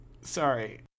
Sorry